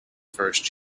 first